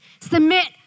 submit